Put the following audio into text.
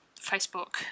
facebook